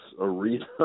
Arena